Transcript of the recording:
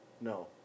No